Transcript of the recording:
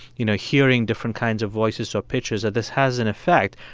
you know, hearing different kinds of voices or pitches, that this has an effect,